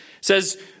says